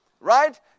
right